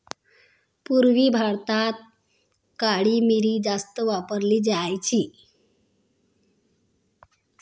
पूर्वी भारतात काळी मिरी जास्त वापरली जायची